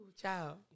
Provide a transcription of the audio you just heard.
Ciao